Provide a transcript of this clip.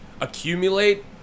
accumulate